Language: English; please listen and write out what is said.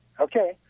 Okay